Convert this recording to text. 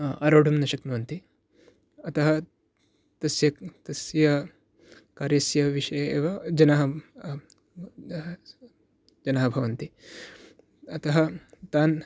आरोढुं न शक्नुवन्ति अतः तस्य तस्य कार्यस्य विषये एव जनाः जनाः भवन्ति अतः तान्